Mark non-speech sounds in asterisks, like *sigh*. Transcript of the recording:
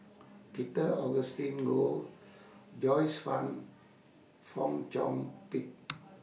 *noise* Peter Augustine Goh Joyce fan Fong Chong Pik *noise*